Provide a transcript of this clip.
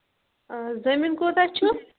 آ زٔمیٖن کوتاہ چھُ